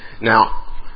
Now